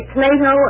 Plato